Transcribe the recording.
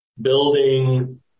building